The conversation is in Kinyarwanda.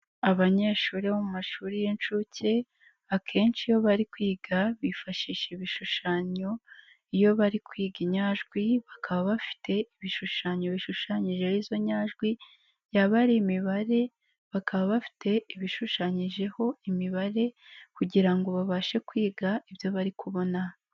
Abanyeshuri bo mu mashuri y'inshuke akenshi iyo bari kwiga bifashisha ibishushanyo iyo bari kwiga inyajwi, bakaba bafite ibishushanyo bishushanyijeho izo nyajwi, yaba ari imibare bakaba bafite ibishushanyijeho imibare kugira ngo babashe kwiga ibyo bari kubona.